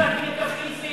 לא נסעתי לקפריסין.